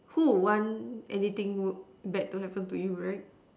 who would want anything bad to happen to you right